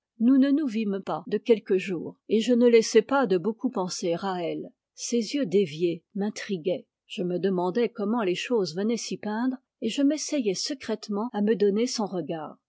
nous ne nous vîmes pas de quelques jours et je ne laissais pas de beaucoup penser à elle ses yeux déviés m'intriguaient je me demandais comment les choses venaient s'y peindre et je m'essayais secrètement à me donner son regard